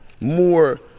more